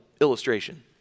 illustration